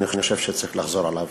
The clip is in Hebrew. אבל אני חושב שצריך לחזור עליו.